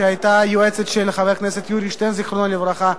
שהיתה היועצת של חבר הכנסת יורי שטרן זיכרונו לברכה,